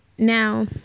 Now